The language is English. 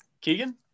Keegan